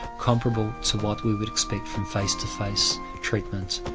comparable to what we'd we'd expect from face to face treatment.